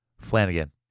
Flanagan